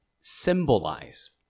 symbolize